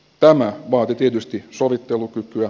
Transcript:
tämä vaatii tietysti sovittelukykyä